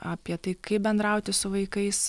apie tai kaip bendrauti su vaikais